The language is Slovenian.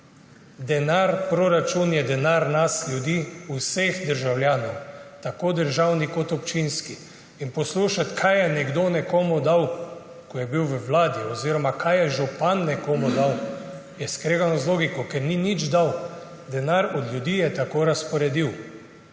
Denar, proračun je denar nas ljudi, vseh državljanov, tako državni kot občinski. In poslušati, kaj je nekdo nekomu dal, ko je bil v vladi, ozirom kaj je župan nekomu dal, je skregano z logiko. Ker ni nič dal. Denar od ljudi je tako razporedil.